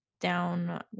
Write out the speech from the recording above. down